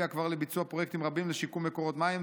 הביאה לביצוע פרויקטים רבים לשיקום מקורות מים,